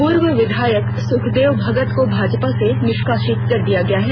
पूर्व विधायक सुखदेव भगत को भाजपा से निष्कासित कर दिया गया है